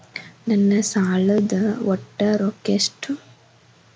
ನನ್ನ ಸಾಲದ ಒಟ್ಟ ರೊಕ್ಕ ಎಷ್ಟು?